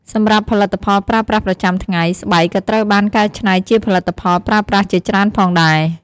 សម្រាប់ផលិតផលប្រើប្រាស់ប្រចាំថ្ងៃ ស្បែកក៏ត្រូវបានកែច្នៃជាផលិតផលប្រើប្រាស់ជាច្រើនផងដែរ ។